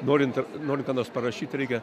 norint norint ką nors parašyt reikia